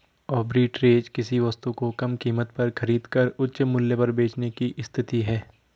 arbitrage किसी वस्तु को कम कीमत पर खरीद कर उच्च मूल्य पर बेचने की स्थिति है